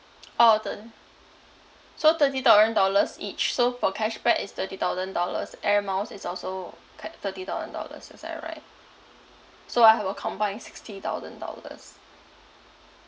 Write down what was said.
orh then so thirty thousand dollars each so for cashback is thirty thousand dollars air miles is also ca~ thirty thousand dollars is that right so I have a combined sixty thousand dollars